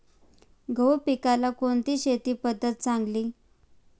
गहू पिकाला कोणती शेती पद्धत चांगली?